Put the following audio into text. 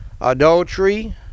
Adultery